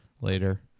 later